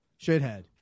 shithead